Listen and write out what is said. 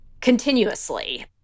continuously